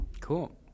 Cool